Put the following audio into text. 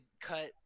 cut